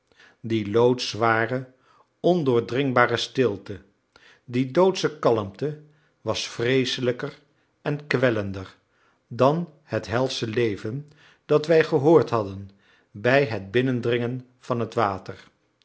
die loodzware ondoordringbare stilte die doodsche kalmte was vreeselijker en kwellender dan het helsche leven dat wij gehoord hadden bij het binnendringen van het water